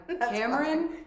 Cameron